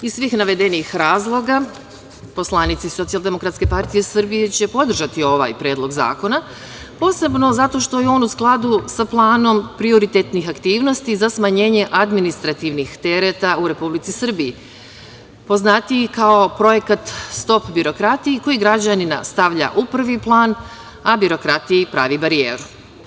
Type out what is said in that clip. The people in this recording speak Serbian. Iz svih navedenih razloga poslanici SDPS će podržati ovaj predlog zakona, posebno zato što je on u skladu sa planom prioritetnih aktivnosti za smanjenje administrativnih tereta u Republici Srbiji, poznatiji kao projekat „Stop birokratiji“, koji građanina stavlja u prvi plan, a birokratiji pravi barijeru.